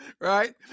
right